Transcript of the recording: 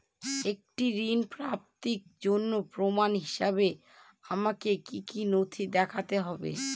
একটি ঋণ প্রাপ্তির জন্য প্রমাণ হিসাবে আমাকে কী কী নথি দেখাতে হবে?